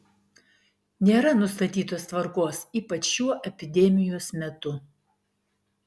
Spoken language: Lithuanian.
nėra nustatytos tvarkos ypač šiuo epidemijos metu